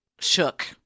shook